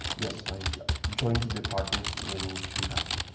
yes, i joined the department in two thousand.